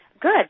good